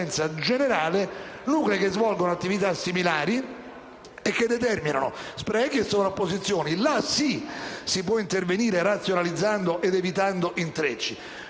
generale, abbiamo nuclei che svolgono attività similari e determinano sprechi e sovrapposizioni. In tali casi si può intervenire, razionalizzando ed evitando intrecci